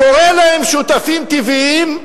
קורא להם "שותפים טבעיים"